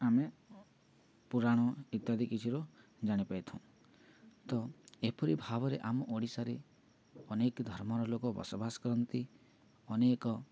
ଆମେ ପୁରାଣ ଇତ୍ୟାଦି କିଛିରୁ ଜାଣିପାରଥାଉଁ ତ ଏପରି ଭାବରେ ଆମ ଓଡ଼ିଶାରେ ଅନେକ ଧର୍ମର ଲୋକ ବସବାସ କରନ୍ତି ଅନେକ